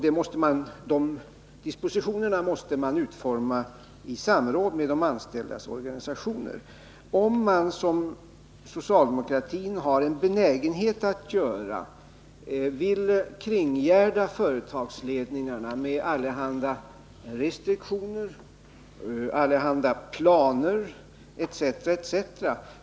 De dispositionerna måste man utforma i samråd med de anställdas organisationer. Om man, som socialdemokraterna har benägenhet att göra, vill kringgärda företagsledningarna med allehanda restriktioner, planer etc.